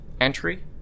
entry